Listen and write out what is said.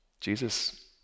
Jesus